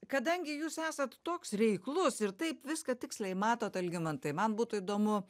kadangi jūs esat toks reiklus ir taip viską tiksliai matot algimantai man būtų įdomu